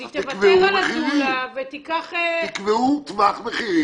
אז היא תוותר על הדולה ותיקח --- תקבעו טווח מחירים.